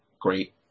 Great